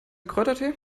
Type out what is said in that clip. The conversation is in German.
kräutertee